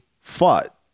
fought